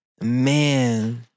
Man